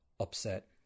Upset